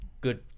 good